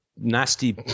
nasty